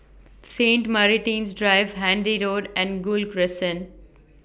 Saint Martin's Drive Handy Road and Gul Crescent